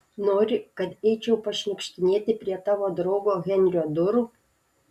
nori kad eičiau pašniukštinėti prie tavo draugo henrio durų